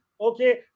okay